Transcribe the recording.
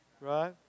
right